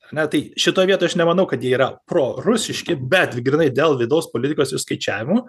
ane tai šitoj vietoj aš nemanau kad jie yra prorusiški bet grynai dėl vidaus politikos išskaičiavimų